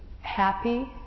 happy